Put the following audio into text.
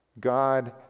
God